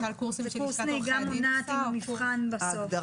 קורס נהיגה מונעת, נבחן בסוף.